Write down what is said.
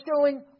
showing